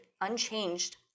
unchanged